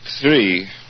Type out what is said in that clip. Three